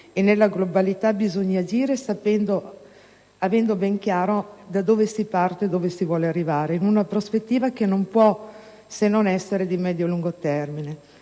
E nella globalità bisogna agire avendo ben chiaro da dove si parte e dove si vuole arrivare, in una prospettiva che non può non essere che di medio e lungo termine.